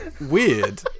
weird